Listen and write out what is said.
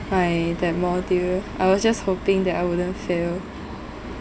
by that module I was just hoping that I wouldn't fail